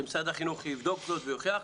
שמשרד החינוך יבדוק זאת ויוכיח,